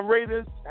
Raiders